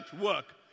work